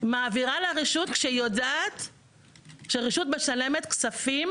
מעבירה לרשות כשהיא יודעת שהרשות משלמת כספים